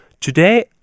Today